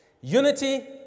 Unity